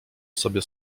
sobie